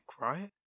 right